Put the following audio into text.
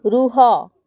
ରୁହ